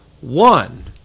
one